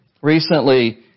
recently